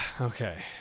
Okay